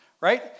right